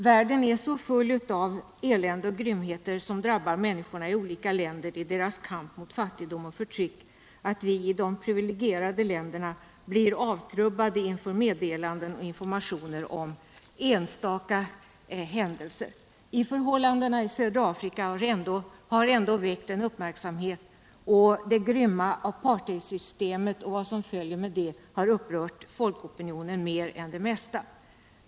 Världen är så full av elände och grymheter, som drabbar människorna i olika länder i deras kamp mot fattigdom och förtryck, att vi i de privilegierade länderna blir avtrubbade inför meddelanden och informationer om enstaka händelser. Förhållandena i södra Afrika har ändå väckt uppmärksamhet, och det grymma apartheidsystemet och vad som följer med det har upprört folkopinionen mer än det mesta.